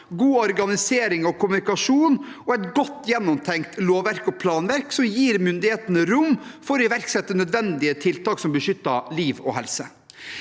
god organisering og kommunikasjon og et godt gjennomtenkt lovverk og planverk, som gir myndighetene rom for å iverksette nødvendige tiltak som beskytter liv og helse.